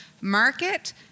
market